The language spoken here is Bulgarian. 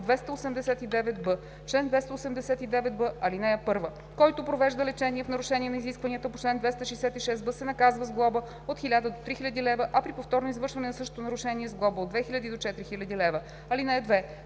289б: „Чл. 289б. (1) Който провежда лечение в нарушение на изискванията по чл. 266б, се наказва с глоба от 1000 до 3000 лв., а при повторно извършване на същото нарушение – с глоба от 2000 до 4000 лв. (2)